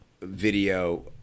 video